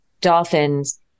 dolphins